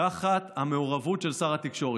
תחת המעורבות של שר התקשורת.